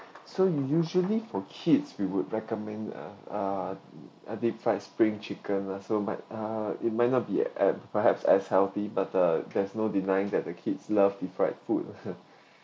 so you usually for kids we would recommend uh uh a deep fried spring chicken lah so but uh it might not be at perhaps as healthy but uh there's no denying that the kids love deep fried food